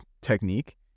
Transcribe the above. technique